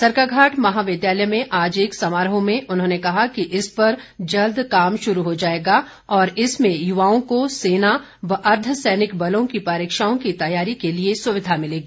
सरकाघाट महाविद्यालय में आज एक समारोह में उन्होंने कहा कि इस पर जल्द काम शुरू हो जाएगा और इसमें युवाओं को सेना व अर्द्वसैनिक बलों की परीक्षाओं की तैयारी के लिए सुविधा मिलेगी